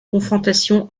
confrontation